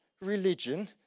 religion